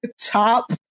top